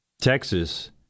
Texas